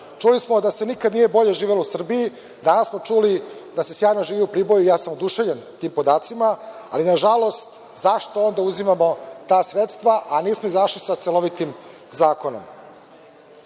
Čuli smo da se nikada nije bolje živelo u Srbiji. Danas smo čuli da se sjajno živi u Priboju. Ja sam oduševljen tim podacima, ali, nažalost, zašto onda uzimamo ta sredstva, a nismo izašli sa celovitim